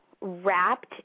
wrapped